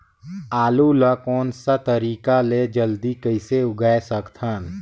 आलू ला कोन सा तरीका ले जल्दी कइसे उगाय सकथन?